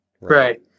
Right